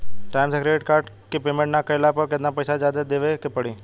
Time से credit card के payment ना कैला पर केतना पईसा जादे देवे के पड़ी?